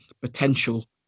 potential